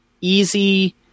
easy